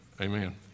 Amen